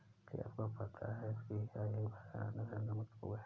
क्या आपको पता है प्लीहा एक भयानक संक्रामक रोग है?